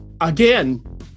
Again